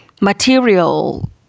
material